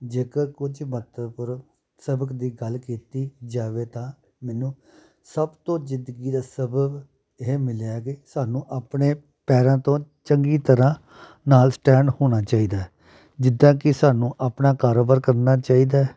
ਜੇਕਰ ਕੁਝ ਮਹੱਤਵਪੂਰਨ ਸਬਕ ਦੀ ਗੱਲ ਕੀਤੀ ਜਾਵੇ ਤਾਂ ਮੈਨੂੰ ਸਭ ਤੋਂ ਜ਼ਿੰਦਗੀ ਦਾ ਸਬਕ ਇਹ ਮਿਲਿਆ ਕਿ ਸਾਨੂੰ ਆਪਣੇ ਪੈਰਾਂ ਤੋਂ ਚੰਗੀ ਤਰ੍ਹਾਂ ਨਾਲ਼ ਸਟੈਂਡ ਹੋਣਾ ਚਾਹੀਦਾ ਜਿੱਦਾਂ ਕਿ ਸਾਨੂੰ ਆਪਣਾ ਕਾਰੋਬਾਰ ਕਰਨਾ ਚਾਹੀਦਾ